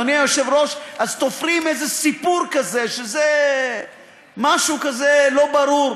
אז תופרים איזה סיפור כזה שזה משהו כזה לא ברור,